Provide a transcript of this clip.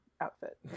outfit